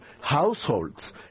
households